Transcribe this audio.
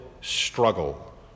struggle